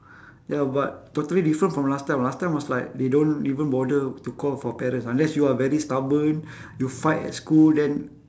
ya but totally different from last time last time was like they don't even bother to call for parents unless you are very stubborn you fight at school then